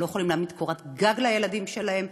שלא יכולים להעמיד קורת גג לילדים שלהם.